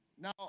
Now